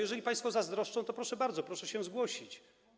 Jeżeli państwo zazdroszczą, to proszę bardzo, proszę się zgłosić.